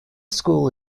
school